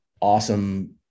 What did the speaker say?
awesome